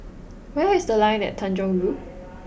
where is The Line at Tanjong Rhu